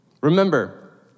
Remember